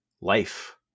life